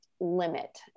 limit